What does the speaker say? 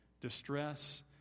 distress